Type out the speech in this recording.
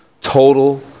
total